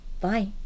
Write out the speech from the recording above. Bye